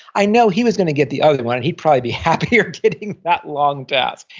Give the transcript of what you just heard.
i know he was going to get the other one and he'd probably be happier getting that long task.